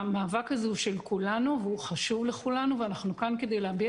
המאבק הזה הוא של כולנו והוא חשוב לכולנו ואנחנו כאן כדי להביע